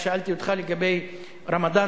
שאלתי אותך לגבי רמדאן,